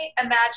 imagine